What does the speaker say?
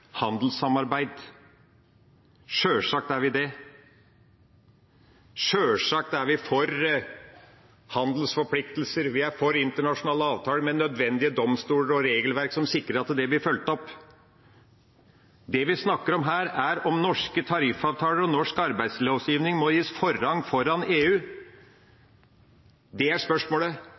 handelssamarbeid. Sjølsagt er vi det. Sjølsagt er vi for handelsforpliktelser, vi er for internasjonale avtaler med nødvendige domstoler og regelverk som sikrer at det blir fulgt opp. Det vi snakker om her, er om norske tariffavtaler og norsk arbeidslovgivning må gis forrang foran EU. Det er spørsmålet